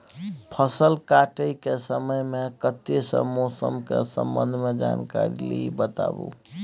फसल काटय के समय मे कत्ते सॅ मौसम के संबंध मे जानकारी ली बताबू?